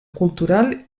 cultural